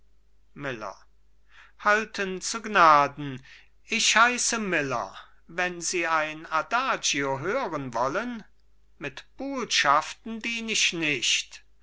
miller halten zu gnaden ich heiße miller wenn sie ein adagio hören wollen mit buhlschaften dien ich nicht